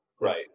right